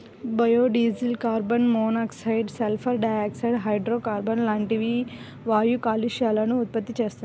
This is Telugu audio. biodiesel carbon monoxide, sulphur dioxide, హైడ్రోకార్బన్లు లాంటి వాయు కాలుష్యాలను ఉత్పత్తి చేస్తుంది